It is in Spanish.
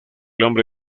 hombre